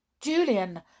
Julian